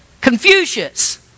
Confucius